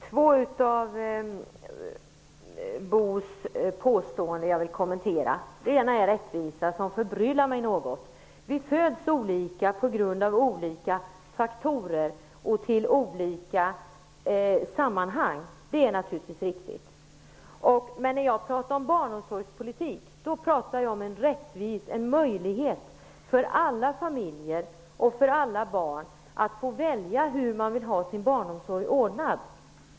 Herr talman! Jag vill kommentera två av Bo Holmbergs påståenden. Det ena gäller rättvisan. Det förbryllar mig något. Det är naturligtvis riktigt att vi föds olika på grund av olika faktorer. Men när jag talar om barnomsorgspolitik talar jag om en möjlighet för alla familjer och för alla barn att få välja hur man vill ha sin barnomsorg ordnad.